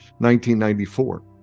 1994